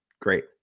great